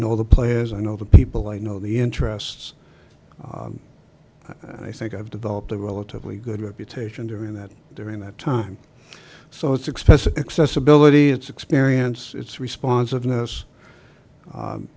know the players i know the people i know the interests i think i've developed a relatively good reputation during that during that time so it's expensive accessibility it's experience it's respons